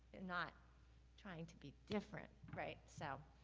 not trying to be different. right, so,